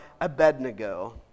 Abednego